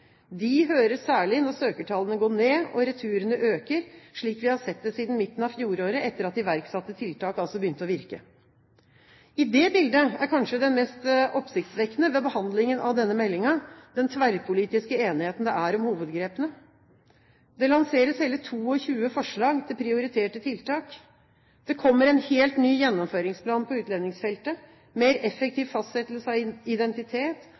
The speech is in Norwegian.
De høres særlig når søkertallene går ned og returene øker, slik vi har sett det siden midten av fjoråret, etter at iverksatte tiltak altså begynte å virke. I det bildet er kanskje det mest oppsiktsvekkende ved behandlingen av denne meldingen den tverrpolitiske enigheten om hovedgrepene. Det lanseres hele 22 forslag til prioriterte tiltak. Det kommer en helt ny gjennomføringsplan på utlendingsfeltet, mer effektiv fastsettelse av identitet,